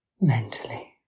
mentally